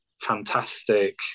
fantastic